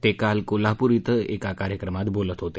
ते काल कोल्हापूर इथं एका कार्यक्रमात बोलत होते